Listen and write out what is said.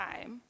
time